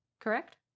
correct